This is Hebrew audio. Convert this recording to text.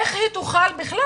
איך היא תוכל בכלל,